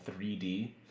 3D